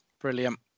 Brilliant